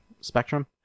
spectrum